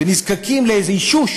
ונזקקים לאיזה אישוש